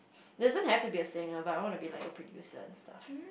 doesn't have to be singer but I want to be like a producer and stuff